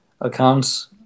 accounts